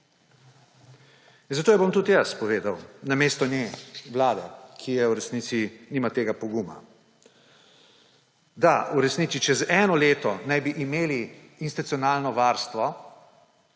Zato jo bom tudi jaz povedal namesto nje, vlade, ki v resnici nima tega poguma. Da, v resnici čez eno naj bi imeli institucionalno varstvo,